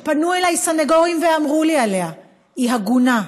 ופנו אליי סנגורים ואמרו לי עליה: היא הגונה,